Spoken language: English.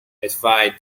advise